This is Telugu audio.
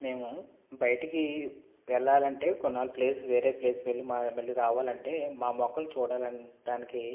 మేము బయటికి వెళ్ళాలి అంటే కొన్నాళ్ళు ప్లేసు వేరే ప్లేస్ వెళ్ళి మళ్ళీ రావాలి అంటే మా మొక్కలు చూడటానికి